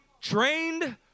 trained